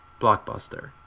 Blockbuster